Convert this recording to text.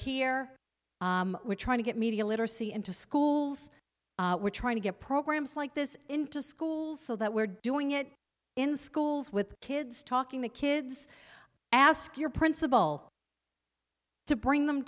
here we're trying to get media literacy into schools we're trying to get programs like this into schools so that we're doing it in schools with kids talking to kids ask your principal to bring them